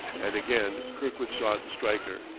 and again kirkwood sought stryker,